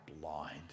blind